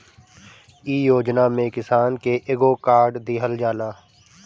इ योजना में किसान के एगो कार्ड दिहल जाला